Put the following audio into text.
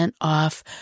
off